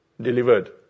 delivered